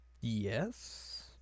Yes